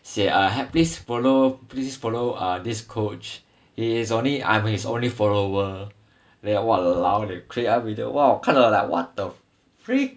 写 uh please follow please follow uh this coach he is only I am his only follower then !walao! eh create 那个 video then 我看了 like what the freak